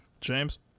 james